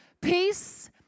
peace